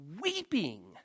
weeping